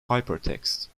hypertext